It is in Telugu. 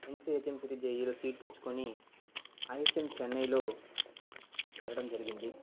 ఎన్సిహెచ్ఎమ్సిటి జేఈలో సీట్ తెచ్చుకొని ఐహెచ్ఎం చెన్నైలో చేరడం జరిగింది